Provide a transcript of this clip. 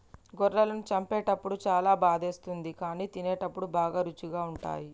గొర్రెలను చంపేటప్పుడు చాలా బాధేస్తుంది కానీ తినేటప్పుడు బాగా రుచిగా ఉంటాయి